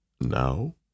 Now